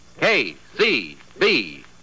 KCB